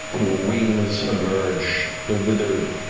your wings emerge, the withered,